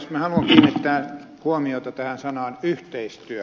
minä haluan kiinnittää huomiota sanaan yhteistyö